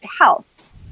health